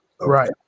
Right